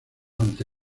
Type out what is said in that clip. ante